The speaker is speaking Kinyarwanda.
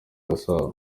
gasabo